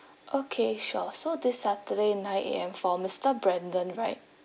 okay sure so this saturday nine A_M for mister brandon right